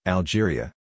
Algeria